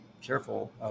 careful